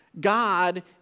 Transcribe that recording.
God